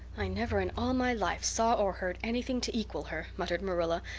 i never in all my life saw or heard anything to equal her, muttered marilla,